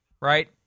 Right